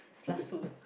last food